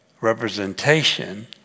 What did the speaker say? representation